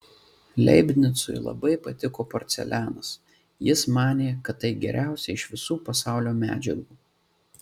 leibnicui labai patiko porcelianas jis manė kad tai geriausia iš visų pasaulio medžiagų